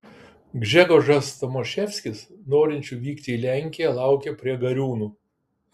gžegožas tomaševskis norinčių vykti į lenkiją laukė prie gariūnų